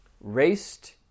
raced